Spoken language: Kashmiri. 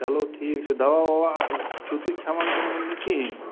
چلو ٹھیٖک چھِ دوا ووا چھُو تُہۍ کھٮ۪وان کِنہٕ ؤنہِ نہٕ کِہیٖنٛۍ